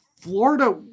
Florida